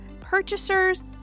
purchasers